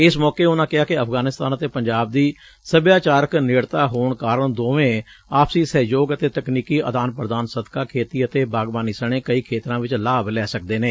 ਇਸ ਮੌਕੇ ਉਨ੍ਹਾ ਕਿਹਾ ਕਿ ਅਫਗਾਨਿਸਤਾਨ ਅਤੇ ਪੰਜਾਬ ਦੀ ਸਭਿਆਚਾਰਕ ਨੇੜਤਾ ਹੋਣ ਕਾਰਨ ਦੋਵੇਂ ਆਪਸੀ ਸਹਿਯੋਗ ਅਤੇ ਤਕਨੀਕੀ ਆਦਾਨ ਪ੍ਦਾਨ ਸਦਕਾ ਖੇਤੀ ਅਤੇ ਬਾਗਬਾਨੀ ਸਣੇ ਕਈ ਖੇਤਰਾਂ ਚ ਲਾਭ ਲੈ ਸਕਦੇ ਨੇ